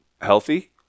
healthy